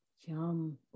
Yum